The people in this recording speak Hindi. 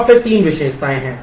और फिर तीन विशेषताएँ हैं